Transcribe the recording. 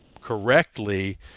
correctly